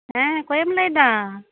ᱦᱮᱸ ᱚᱠᱚᱭᱮᱢ ᱞᱟᱹᱭ ᱮᱫᱟ